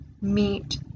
meet